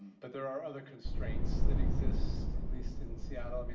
but there are other constraints that exist, at least in seattle. i mean